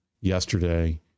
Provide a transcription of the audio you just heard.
yesterday